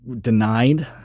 denied